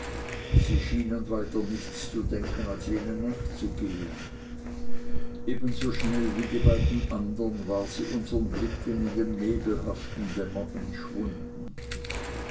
sie schien an weiter nichts zu denken als jenen nachzugehen ebenso schnell wie die beiden andern war sie unsern blicken in dem nebelhaften dämmer entschwunden